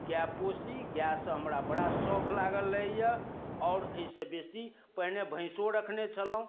गाय पोसी गायसँ हमरा बड़ा सौख लागल रहैया आओर अहिसँ बेसी पहिने भैसो रखने छलहुँ